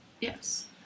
Yes